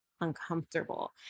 uncomfortable